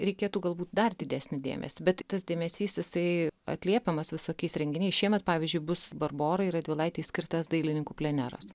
reikėtų galbūt dar didesnį dėmesį bet tas dėmesys jisai atliepiamas visokiais renginiais šiemet pavyzdžiui bus barborai radvilaitei skirtas dailininkų pleneras